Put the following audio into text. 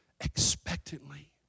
expectantly